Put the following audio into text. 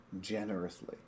Generously